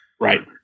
Right